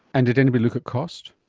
and did anybody look at cost?